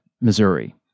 Missouri